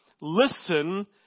listen